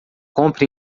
compre